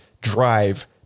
drive